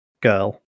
girl